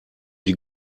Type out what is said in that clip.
die